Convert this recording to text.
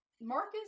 Marcus